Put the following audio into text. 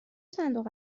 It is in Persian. صندوق